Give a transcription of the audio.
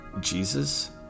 jesus